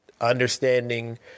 understanding